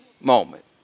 moment